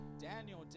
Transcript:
Daniel